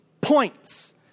points